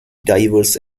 diverse